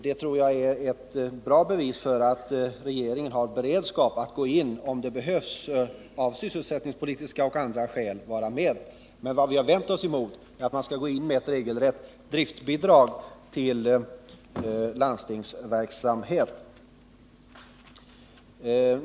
Det tycker jag är ett bra bevis för att regeringen har beredskap att gå in om det behövs av sysselsättningspolitiska och andra skäl. Men vad vi vänt oss mot är att man skall gå in med ett regelrätt driftbidrag till landstingsverksamheten.